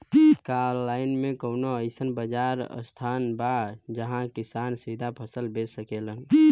का आनलाइन मे कौनो अइसन बाजार स्थान बा जहाँ किसान सीधा फसल बेच सकेलन?